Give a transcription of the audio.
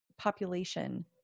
population